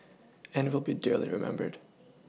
and will be dearly remembered